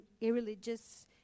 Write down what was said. irreligious